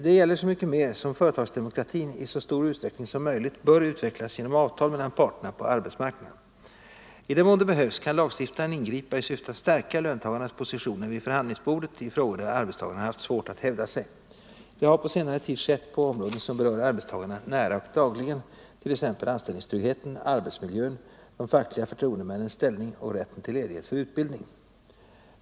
Detta gäller så mycket mer som företagsdemokratin i så stor utsträckning som möjligt bör utvecklas genom avtal mellan parterna på arbetsmarknaden. I den mån det behövs kan lagstiftaren ingripa i syfte att stärka löntagarnas positioner vid förhandlingsbordet i frågor där arbetstagarna har haft svårt att hävda sig. Det har på senare tid skett på områden som berör arbetstagarna nära och dagligen, t.ex. anställningstryggheten, arbetsmiljön, de fackliga förtroendemännens ställning och rätten till ledighet för utbildning.